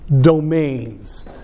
domains